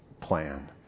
plan